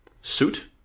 suit